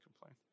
complain